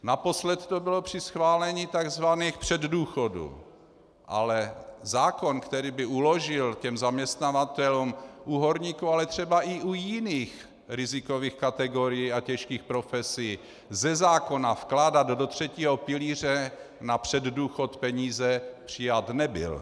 Naposled to bylo při schválení tzv. předdůchodů, ale zákon, který by uložil zaměstnavatelům u horníků, ale třeba i u jiných rizikových kategorií a těžkých profesí ze zákona vkládat do třetího pilíře na předdůchod peníze, přijat nebyl.